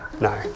No